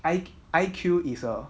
I I_Q is a